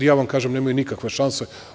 Ja vam kažem, nemaju nikakve šanse.